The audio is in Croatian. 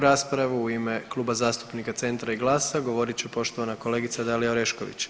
raspravu u ime Kluba zastupnika Centra i GLAS-a govorit će poštovana kolegica Dalija Orešković.